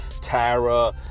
Tara